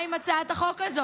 מה עם הצעת החוק הזאת?